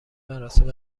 مراسم